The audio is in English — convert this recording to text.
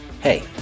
Hey